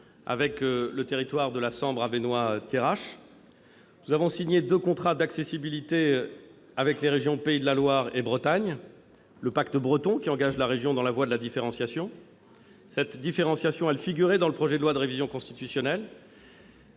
avec le territoire Sambre-Avesnois-Thiérache. Nous avons signé deux contrats d'accessibilité avec les régions Pays de la Loire et Bretagne- le pacte breton engage la région dans la voie de la différenciation. Cette différenciation figurait dans le projet de loi de révision constitutionnelle.